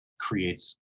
creates